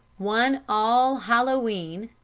one all hallow e'en,